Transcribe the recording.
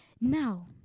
Now